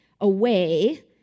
away